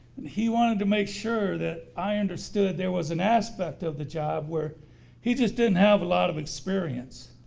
he wanted to make sure that i understood there was an aspect of the job where he just didn't have a lot of experience.